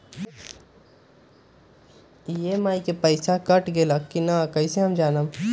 EMI के पईसा cut गेलक कि ना कइसे हम जानब?